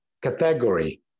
category